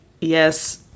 Yes